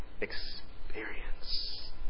experience